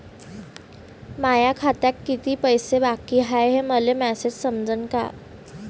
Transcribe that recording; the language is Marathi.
माया खात्यात कितीक पैसे बाकी हाय हे मले मॅसेजन समजनं का?